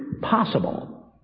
possible